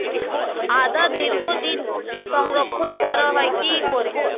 আদা দীর্ঘদিন সংরক্ষণ করা হয় কি করে?